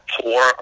poor